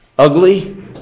Ugly